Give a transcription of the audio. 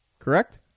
Correct